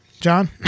John